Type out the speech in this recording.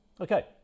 Okay